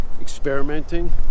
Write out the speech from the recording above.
experimenting